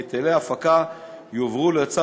הוראות החוק הקובעות כי היטלי הפקה יועברו לאוצר